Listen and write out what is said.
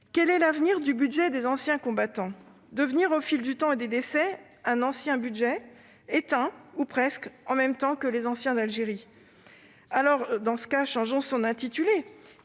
Quel est l'avenir du budget des anciens combattants ? Devenir, au fil du temps et des décès, un « ancien budget », éteint ou presque, en même temps que les anciens d'Algérie ? Changeons son intitulé